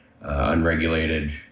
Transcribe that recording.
unregulated